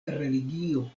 religio